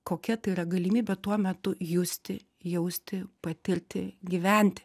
kokia tai yra galimybė tuo metu justi jausti patirti gyventi